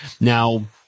Now